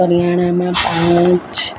કરીયાણામાં પાંચ